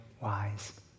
wise